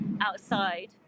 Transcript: outside